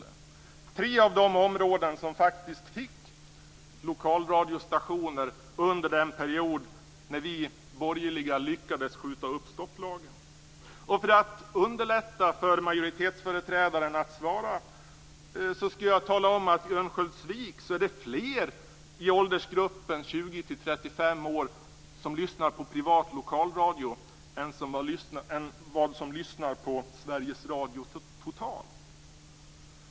Det är tre av de områden som fick lokalradiostationer under den period då vi borgerliga lyckades skjuta upp stopplagen. För att underlätta för majoritetsföreträdaren att svara på mina frågor skall jag tala om att i Örnsköldsvik är det fler i åldersgruppen 20-35 år som lyssnar på privat lokalradio än som lyssnar på Sveriges Radio totalt.